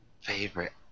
favorite